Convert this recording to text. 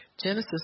Genesis